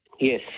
Yes